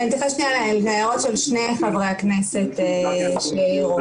אני אתייחס להערות של שני חברי הכנסת שהעירו.